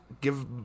give